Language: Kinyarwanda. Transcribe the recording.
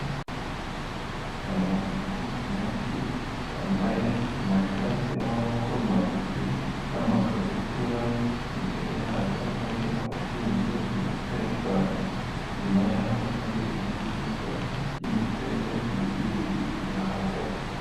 Abantu benshi bambaye amashati y'amaboko magufi n'amakabutura imbere yabo hari abashinzwe umutekano, inyuma yabo hari ibinyabiziga by'imitende ibiri bibiri bihagaze.